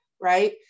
Right